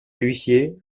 l’huissier